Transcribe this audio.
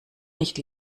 nicht